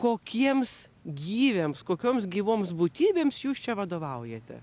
kokiems gyviams kokioms gyvoms būtybėms jūs čia vadovaujate